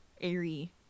airy